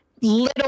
little